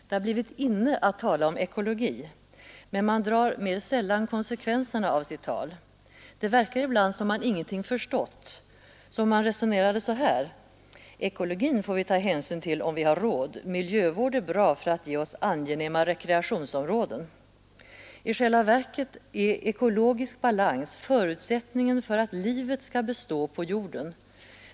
Det har blivit inne att tala om ekologi, men man drar mer sällan konsekvenserna av sitt tal. Det verkar ibland som om man ingenting förstått, som om man resonerade så här: Ekologin får vi ta hänsyn till om vi har råd. Miljövård är bra för att ge oss angenäma rekreationsområden. I själva verket är ekologisk balans förutsättningen för att livet skall bestå på jorden.